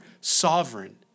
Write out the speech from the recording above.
sovereign